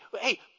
Hey